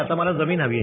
आता मला जमीन हवीय